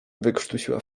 wykrztusiła